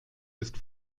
ist